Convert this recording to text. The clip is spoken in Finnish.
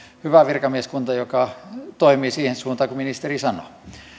hyvä virkamieskunta joka toimii siihen suuntaan kuin ministeri sanoo